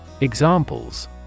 Examples